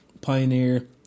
Pioneer